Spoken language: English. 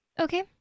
Okay